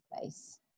place